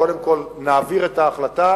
קודם כול נעביר את ההחלטה,